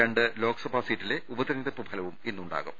രണ്ട് ലോക്സഭാ സീറ്റിലെ ഉപ തെരഞ്ഞെടുപ്പ് ഫലവും ഇന്നുണ്ടാകും